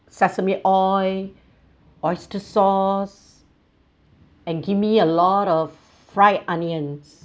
sesame oil oyster sauce and give me a lot of fried onions